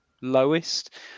lowest